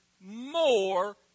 more